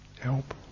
help